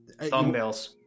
Thumbnails